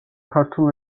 ქართულ